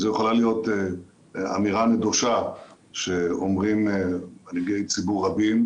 זו יכולה להיות אמירה נדושה שאומרים מנהיגי ציבור רבים,